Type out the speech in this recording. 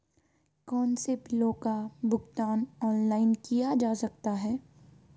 कौनसे बिलों का भुगतान ऑनलाइन किया जा सकता है?